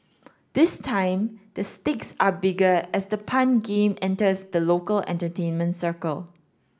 this time the stakes are bigger as the pun game enters the local entertainment circle